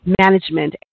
management